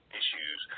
issues